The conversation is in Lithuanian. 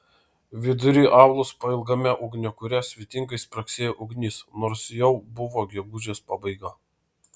vidury aulos pailgame ugniakure svetingai spragsėjo ugnis nors jau buvo gegužės pabaiga